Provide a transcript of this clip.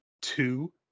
two